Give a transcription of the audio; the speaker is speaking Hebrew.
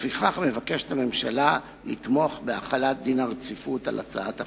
לפיכך הממשלה מבקשת לתמוך בהחלת דין רציפות על הצעת החוק.